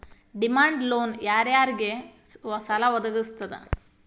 Demand loan ಯಾರ್ ಯಾರಿಗ್ ಸಾಲಾ ವದ್ಗಸ್ತದ?